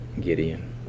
Gideon